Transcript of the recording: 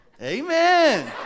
Amen